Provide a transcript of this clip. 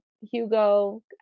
Hugo